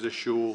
איזשהם